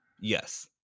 Yes